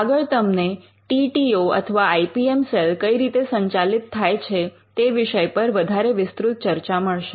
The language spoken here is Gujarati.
આગળ તમને ટી ટી ઓ અથવા આઇ પી એમ સેલ કઈ રીતે સંચાલિત થાય છે તે વિષય પર વધારે વિસ્તૃત ચર્ચા મળશે